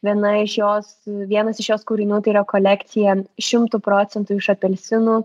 viena iš jos vienas iš jos kūrinių tai yra kolekcija šimtu procentų iš apelsinų